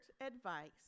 advice